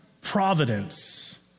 providence